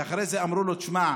ואחרי זה אמרו לו: "תשמע,